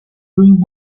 doing